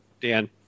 Dan